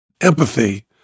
empathy